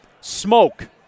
smoke